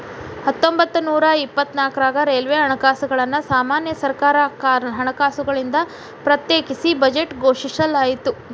ಹತ್ತೊಂಬತ್ತನೂರ ಇಪ್ಪತ್ನಾಕ್ರಾಗ ರೈಲ್ವೆ ಹಣಕಾಸುಗಳನ್ನ ಸಾಮಾನ್ಯ ಸರ್ಕಾರ ಹಣಕಾಸುಗಳಿಂದ ಪ್ರತ್ಯೇಕಿಸಿ ಬಜೆಟ್ ಘೋಷಿಸಲಾಯ್ತ